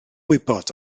wybod